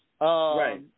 Right